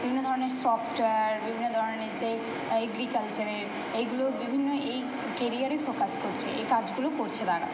বিভিন্ন ধরনের সফটওয়্যার বিভিন্ন ধরনের যে এগ্রিকালচারের এইগুলো বিভিন্ন এই কেরিয়ারে ফোকাস করছে এই কাজগুলো করছে তারা